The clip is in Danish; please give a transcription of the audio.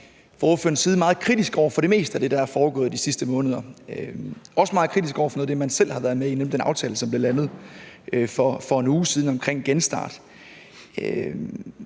ordførerens side var meget kritisk over for det meste af det, der er foregået de sidste måneder – også meget kritisk over for noget af det, man selv har været med i, nemlig den aftale, som blev landet for en uge siden om genstart.